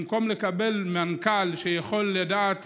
במקום לקבל מנכ"ל שיכול לדעת